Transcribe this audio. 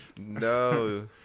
no